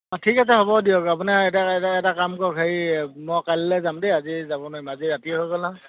অঁ ঠিক আছে হ'ব দিয়ক আপোনাৰ এটা এটা কাম কৰক হেৰি মই কাইলৈ যাম দেই আজি যাব নোৱাৰিম আজি ৰাতি হৈ গ'ল ন